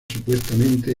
supuestamente